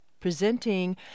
presenting